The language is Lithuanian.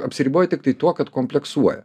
apsiriboja tiktai tuo kad kompleksuoja